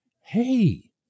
hey